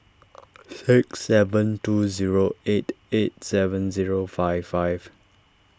six seven two zero eight eight seven zero five five